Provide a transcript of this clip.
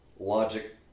logic